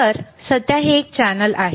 तर सध्या हे चॅनेल एक आहे